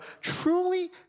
truly